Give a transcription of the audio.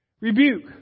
Rebuke